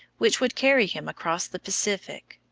which would carry him across the pacific.